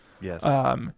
Yes